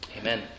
Amen